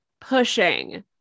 pushing